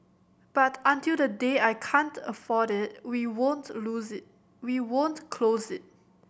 but until the day I can't afford it we won't lose we won't close it